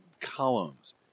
columns